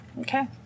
Okay